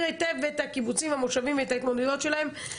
היטב את הקיבוצים והמושבים ואת ההתמודדות שלהם.